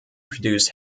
produce